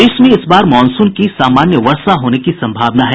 देश में इस बार मॉनसून की सामान्य वर्षा होने की संभावना है